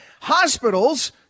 Hospitals